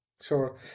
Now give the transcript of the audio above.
Sure